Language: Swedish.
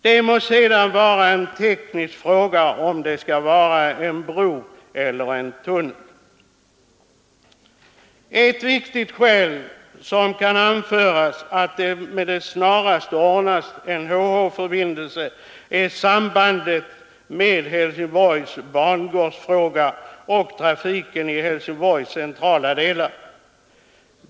Det må sedan vara en teknisk fråga om det skall bli bro eller tunnel. Ett viktigt skäl för att med det snaraste ordna en HH-förbindelse är sambandet med Helsingborgs bangårdsfråga och trafiken i Helsingborgs centrala delar.